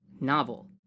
novel